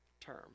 term